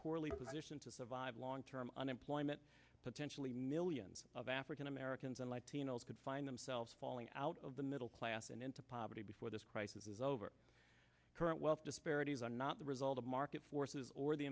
poorly position to survive long term unemployment potentially millions of african americans and latinos could find themselves falling out of the middle class and into poverty before this crisis is over current wealth disparities are not the result of market forces or the